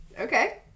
Okay